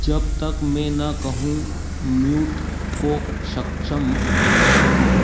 जब तक मैं ना कहूँ मूट को सक्षम रखो